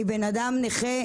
אני בן אדם נכה,